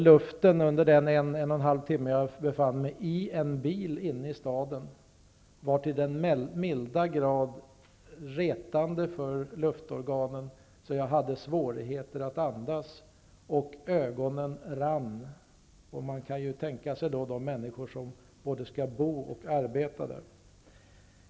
Luften under dessa timmar då jag befann mig i en bil inne i staden var till den milda grad retande för luftorganen att jag hade svårigheter att andas, och ögonen rann. Man kan då tänka sig hur det är för de människor som skall bo och arbeta där.